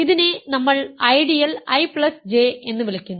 ഇതിനെ നമ്മൾ ideal IJ എന്ന് വിളിക്കുന്നു